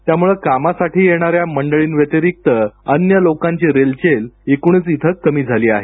त्यामुळे कामासाठी येणाऱ्या मंडळींव्यतिरिक्त अन्य लोकांची रेलचेल एकूणच येथे कमी झाली आहे